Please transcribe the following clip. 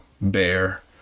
bear